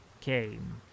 came